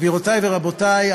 גבירותיי ורבותיי,